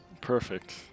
Perfect